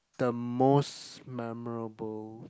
the most memorable